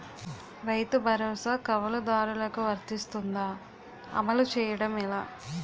రైతు భరోసా కవులుదారులకు వర్తిస్తుందా? అమలు చేయడం ఎలా